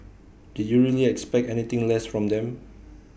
did you really expect anything less from them